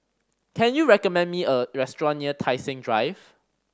can you recommend me a restaurant near Tai Seng Drive